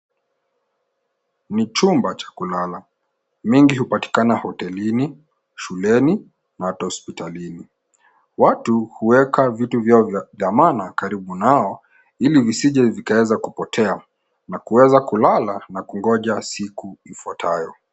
Ni chumba cha kulala, mingi hupatikana hotelini, shuleni na hata hospitalini. Watu huweka vitu vyao vya dhamana karibu nao ili visije vikaweza kupotea na kuweza kulala na kungoja siku ifuatayo.